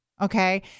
okay